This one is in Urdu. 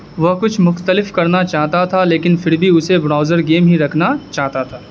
وہ کچھ مختلف کرنا چاہتا تھا لیکن پھر بھی اسے براؤزر گیم ہی رکھنا چاہتا تھا